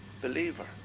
believer